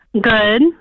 Good